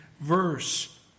verse